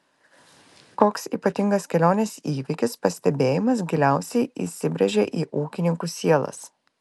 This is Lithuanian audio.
koks ypatingas kelionės įvykis pastebėjimas giliausiai įsibrėžė į ūkininkų sielas